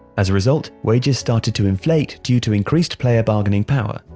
as a result, wages started to inflate due to increased player bargaining power,